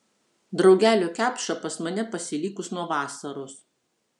draugelio kepša pas mane pasilikus nuo vasaros